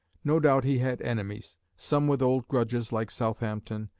no doubt he had enemies some with old grudges like southampton,